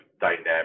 dynamic